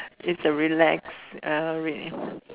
is the relax uh way